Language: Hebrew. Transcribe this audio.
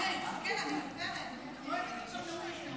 בבקשה, לרשותך